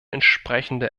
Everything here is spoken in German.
entsprechende